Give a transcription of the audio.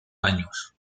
años